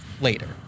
later